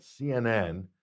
CNN